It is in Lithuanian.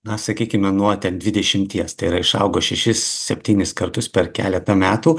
na sakykime nuo ten dvidešimties tai yra išaugo šešis septynis kartus per keletą metų